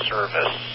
Service